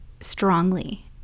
Strongly